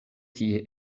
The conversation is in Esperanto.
tie